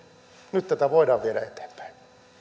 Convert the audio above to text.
nyt tätä voidaan viedä eteenpäin